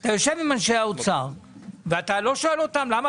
אתה יושב עם אנשי האוצר ואתה לא שואל אותם למה